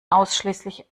ausschließlich